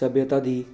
ਸੱਭਿਅਤਾ ਦੀ